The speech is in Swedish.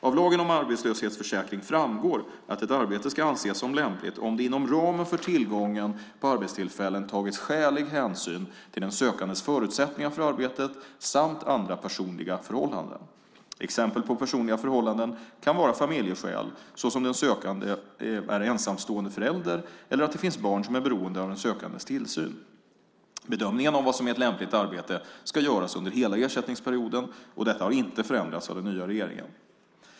Av lagen om arbetslöshetsförsäkring framgår att ett arbete ska anses som lämpligt om det inom ramen för tillgången på arbetstillfällen tagits skälig hänsyn till den sökandes förutsättningar för arbetet samt andra personliga förhållanden. Exempel på personliga förhållanden kan vara familjeskäl såsom att den sökande är ensamstående förälder eller att det finns barn som är beroende av den sökandes tillsyn. Bedömning om vad som är ett lämpligt arbete ska göras under hela ersättningsperioden och detta har inte förändrats av den nya regeringen.